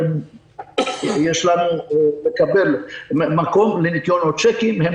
יש לנו לקבל מקום מניכיונות צ'קים,